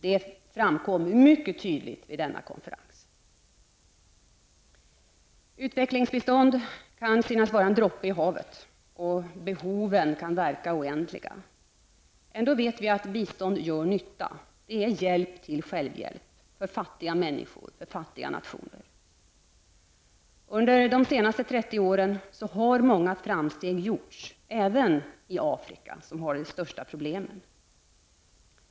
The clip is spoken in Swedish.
Det framkom mycket tydligt vid denna konferens. Utvecklingsbistånd kan synas vara en droppe i havet, och behoven kan verka oändliga. Ändå vet vi att bistånd gör nytta, att det är en hjälp till självhjälp för fattiga människor och fattiga nationer. Under de senaste 30 åren har många framsteg gjorts, även i Afrika, som har de största problemen.